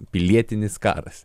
pilietinis karas